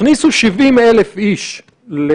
אתמול ראיתי איזושהי כתבה שמדברת על זה שצוותים רפואיים,